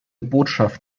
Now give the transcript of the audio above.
botschaft